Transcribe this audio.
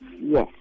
Yes